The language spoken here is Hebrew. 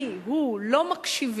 היא, הוא, לא מקשיבים.